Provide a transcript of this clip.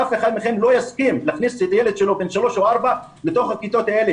אף אחד מכם לא יסכים להכניס את הילד שלו בן 3 או 4 לתוך הכיתות האלה,